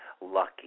lucky